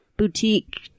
Boutique